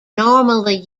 normally